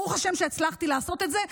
ברוך השם שהצלחתי לעשות את זה.